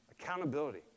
Accountability